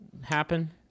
happen